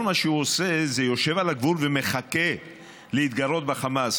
כל מה שהוא עושה זה יושב על הגבול ומחכה להתגרות בחמאס.